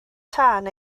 tân